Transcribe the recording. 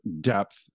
depth